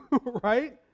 right